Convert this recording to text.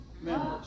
members